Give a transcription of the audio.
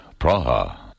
Praha